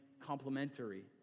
complementary